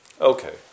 Okay